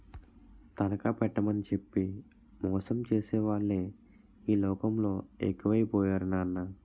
తనఖా పెట్టేమని చెప్పి మోసం చేసేవాళ్ళే ఈ లోకంలో ఎక్కువై పోయారు నాన్నా